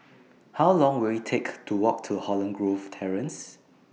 How Long Will IT Take to Walk to Holland Grove Terrace